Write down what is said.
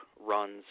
runs